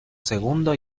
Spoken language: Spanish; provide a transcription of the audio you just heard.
segundo